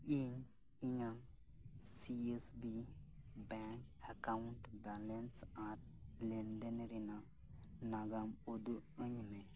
ᱤᱧ ᱤᱧᱟᱜ C S B bank account balance ᱟᱨ ᱞᱮᱱᱫᱮᱱ ᱨᱮᱱᱟᱜ ᱱᱟᱜᱟᱢ ᱩᱫᱩᱜ ᱟᱹᱧ ᱢᱮ